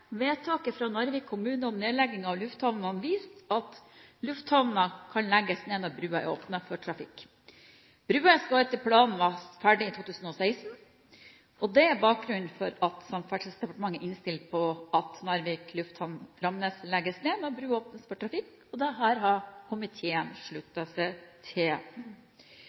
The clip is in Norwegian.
Vedtaket fra Narvik kommune om nedlegging av lufthavnen viste at lufthavnen kan legges ned når brua er åpnet for trafikk. Brua skal etter planen være ferdig i 2016, og det er bakgrunnen for at Samferdselsdepartementet innstiller på at Narvik lufthavn, Framnes legges ned når brua åpnes for trafikk, og det har komiteen sluttet seg til.